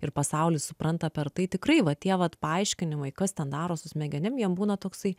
ir pasaulį supranta per tai tikrai va tie vat paaiškinimai kas ten daros su smegenim jiem būna toksai